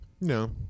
No